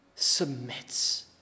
submits